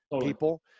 people